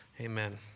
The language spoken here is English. amen